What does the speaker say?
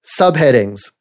subheadings